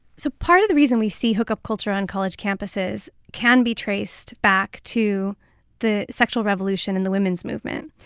so part of the reason we see hookup culture on college campuses can be traced back to the sexual revolution and the women's movement.